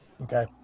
okay